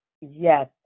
Yes